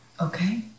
Okay